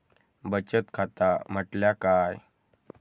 बचत खाता म्हटल्या काय?